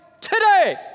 today